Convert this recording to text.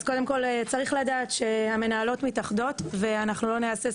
אז קודם כל צריך לדעת שהמנהלות מתאחדות ואנחנו לא נהסס